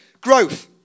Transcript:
growth